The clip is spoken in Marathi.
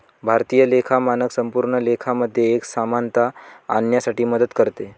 भारतीय लेखा मानक संपूर्ण लेखा मध्ये एक समानता आणण्यासाठी मदत करते